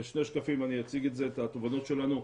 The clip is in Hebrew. בשני שקפים אני אציג את התובנות שלנו.